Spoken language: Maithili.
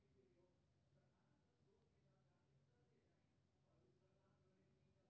मंडी प्रणालीक तहत कृषि बाजार कें सरकार द्वारा विनियमित कैल जाइ छै